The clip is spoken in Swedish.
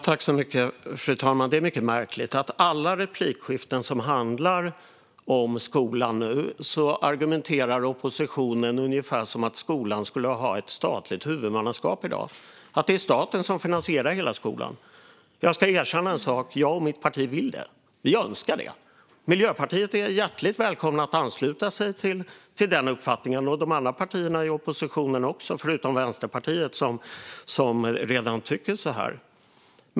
Fru talman! Det är mycket märkligt att oppositionen i alla replikskiften som handlar om skolan nu argumenterar ungefär som om skolan hade ett statligt huvudmannaskap i dag - som om det var staten som finansierade hela skolan. Jag ska erkänna en sak: Jag och mitt parti vill det. Vi önskar det. Miljöpartiet är hjärtligt välkommet att ansluta sig till den uppfattningen, och det är de andra partierna i oppositionen också - förutom Vänsterpartiet, som redan tycker så.